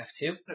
F2